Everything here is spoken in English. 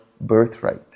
birthright